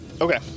Okay